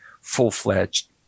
full-fledged